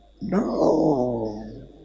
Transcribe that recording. No